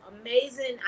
amazing